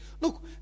Look